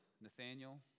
Nathaniel